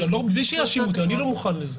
בלי שיאשימו אותי, אני לא מוכן לזה.